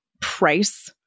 price